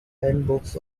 handbooks